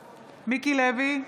לוי,